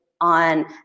on